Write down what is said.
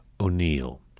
o'neill